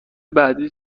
بعدی